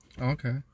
okay